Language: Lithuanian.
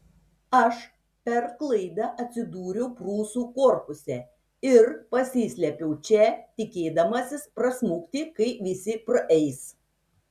aš per klaidą atsidūriau prūsų korpuse ir pasislėpiau čia tikėdamasis prasmukti kai visi praeis